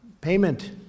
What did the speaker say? payment